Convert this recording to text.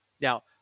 Now